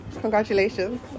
Congratulations